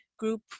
group